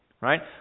right